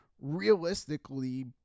Realistically